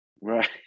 right